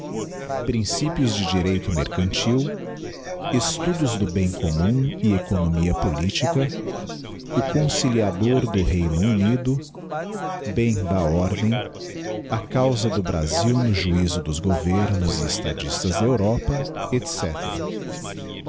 princípios de direito mercantil estudos do bem commum e economia politica o conciliador do reino unido bem da ordem a causa do brasil no juiso dos governos e estadistas da europa